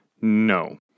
No